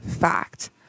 fact